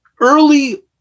early